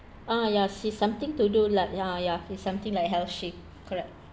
ah ya is something to do like ya ya it's something like healthshield correct